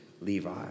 Levi